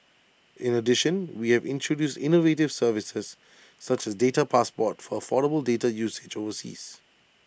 in addition we have introduced innovative services such as data passport for affordable data usage overseas